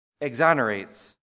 exonerates